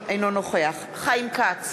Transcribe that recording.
אינו נוכח חיים כץ,